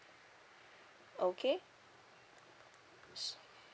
okay